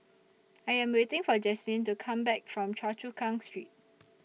I Am waiting For Jasmyne to Come Back from Choa Chu Kang Street